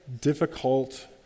difficult